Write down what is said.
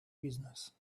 business